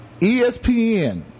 ESPN